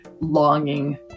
longing